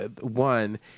one